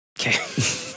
Okay